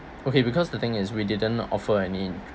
okay because the thing is we didn't offer any